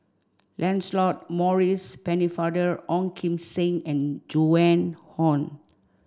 Lancelot Maurice Pennefather Ong Kim Seng and Joan Hon